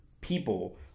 people